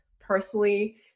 personally